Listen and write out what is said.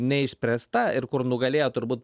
neišspręsta ir kur nugalėjo turbūt